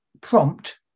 prompt